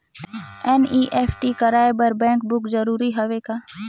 NEFT कराय बर cheque book जरूरी हवय का?